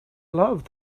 love